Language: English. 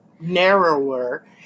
narrower